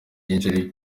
byinshi